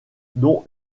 dont